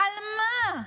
על מה?